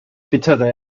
bittere